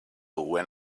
when